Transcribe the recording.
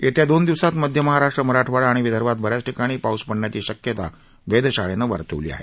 येत्या दोन दिवसांत मध्य महाराष्ट्र मराठवाडा आणि विदर्भात ब याच ठिकाणी पाऊस पडण्याची शक्यता वेधशाळेनं वर्तवली आहे